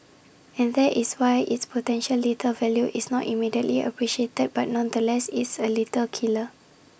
and there is why its potential lethal value is not immediately appreciated but nonetheless it's A lethal killer